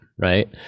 Right